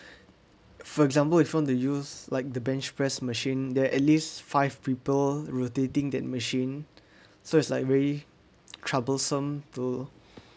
for example if you want to use like the bench press machine there at least five people rotating that machine so it's like very troublesome to